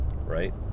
right